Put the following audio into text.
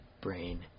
brain